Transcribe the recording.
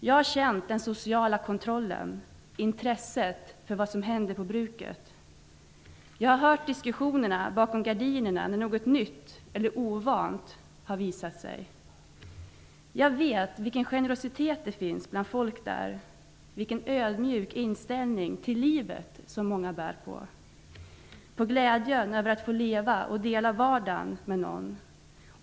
Jag har känt den sociala kontrollen, intresset för vad som händer på bruket. Jag har hört diskussionerna bakom gardinerna när något nytt eller ovant har visat sig. Jag vet vilken generositet det finns bland människorna där, vilken ödmjuk inställning till livet som många bär på, glädjen över att få leva och dela vardagen med någon.